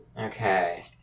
Okay